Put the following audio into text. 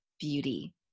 beauty